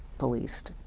policed?